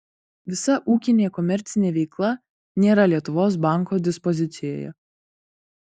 visa ūkinė komercinė veikla nėra lietuvos banko dispozicijoje